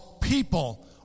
people